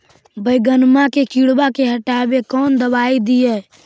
बैगनमा के किड़बा के हटाबे कौन दवाई दीए?